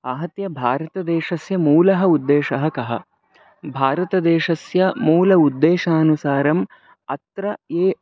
आहत्य भारतदेशस्य मूलः उद्देशः कः भारतदेशस्य मूलम् उद्देशानुसारम् अत्र ये